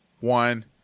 one